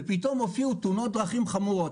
ופתאום התרחשו תאונות דרכים חמורות.